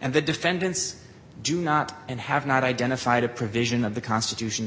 and the defendants do not and have not identified a provision of the constitution the